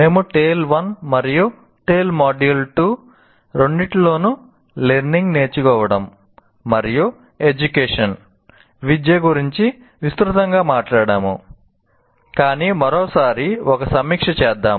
మేము TALE 1 మరియు TALE module 2 రెండింటిలోనూ లెర్నింగ్ విద్య గురించి విస్తృతంగా మాట్లాడాము కాని మరోసారి ఒక సమీక్ష చేద్దాం